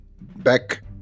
back